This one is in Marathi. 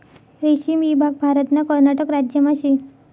रेशीम ईभाग भारतना कर्नाटक राज्यमा शे